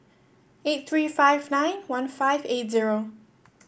eight three five nine one five eight zero